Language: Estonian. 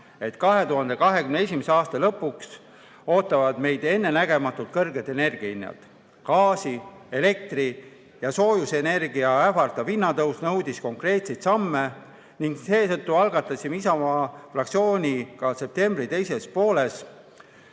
et 2021. aasta lõpus ootavad meid ennenägematult kõrged energiahinnad. Gaasi-, elektri- ja soojusenergia hinna ähvardav tõus nõudis konkreetseid samme ning seetõttu algatasime Isamaa fraktsiooniga septembri teises pooles